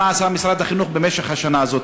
מה עשה משרד החינוך במשך השנה הזאת,